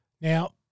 Now